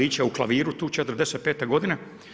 u klaviru tu '45. godine.